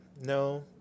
No